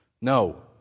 No